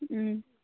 ꯎꯝ